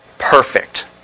Perfect